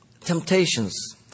Temptations